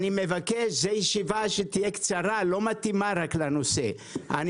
היום זו ישיבה קצרה שלא מתאימה לנושא אני